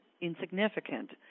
insignificant